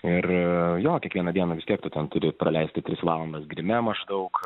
ir jo kiekvieną dieną vis tiek tu ten turi praleisti tris valandas grime maždaug